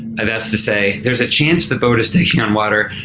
ah that's to say, there's a chance the boat is taking on water,